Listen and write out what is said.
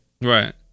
right